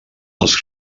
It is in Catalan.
els